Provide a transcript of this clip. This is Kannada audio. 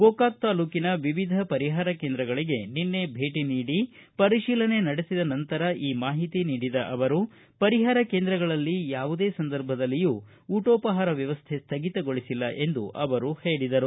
ಗೋಕಾಕ ತಾಲ್ಲೂಕಿನ ವಿವಿಧ ಪರಿಹಾರ ಕೇಂದ್ರಗಳಿಗೆ ನಿನ್ನೆ ಭೇಟಿ ನೀಡಿ ಪರಿಶೀಲನೆ ನಡೆಸಿದ ನಂತರ ಈ ಮಾಹಿತಿ ನೀಡಿದ ಅವರು ಪರಿಹಾರ ಕೇಂದ್ರಗಳಲ್ಲಿ ಯಾವುದೇ ಸಂದರ್ಭದಲ್ಲಿಯೂ ಊಟೋಪಹಾರ ವ್ಲವಸ್ಥೆ ಸ್ವಗಿತಗೊಳಿಸಿಲ್ಲ ಎಂದು ಅವರು ಹೇಳಿದರು